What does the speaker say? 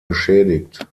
beschädigt